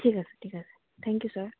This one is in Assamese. ঠিক আছে ঠিক আছে থেংক ইউ ছাৰ